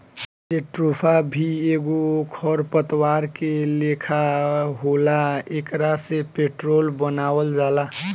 jatropha भी एगो खर पतवार के लेखा होला एकरा से पेट्रोल बनावल जाला